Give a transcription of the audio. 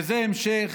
וזה המשך